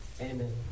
Amen